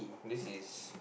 this is